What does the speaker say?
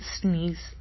sneeze